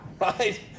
right